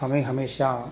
हमें हमेशा